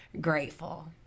grateful